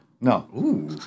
No